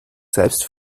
selbst